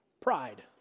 pride